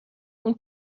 اون